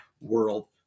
World